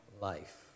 life